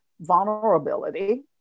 vulnerability